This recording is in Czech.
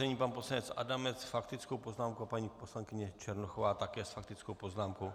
Nyní pan poslanec Adamec s faktickou poznámkou a paní poslankyně Černochová také s faktickou poznámkou.